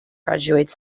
graduate